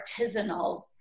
artisanal